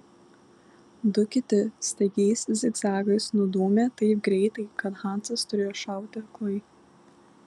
du kiti staigiais zigzagais nudūmė taip greitai kad hansas turėjo šauti aklai